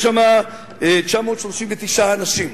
יש שם 939 אנשים.